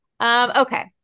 Okay